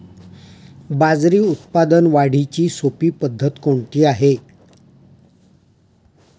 बाजरी उत्पादन वाढीची सोपी पद्धत कोणती आहे?